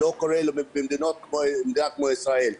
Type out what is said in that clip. לא קורה במדינות אחרות כמו במדינת ישראל.